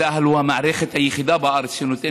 צה"ל הוא המערכת היחידה בארץ שנותנת